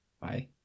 Bye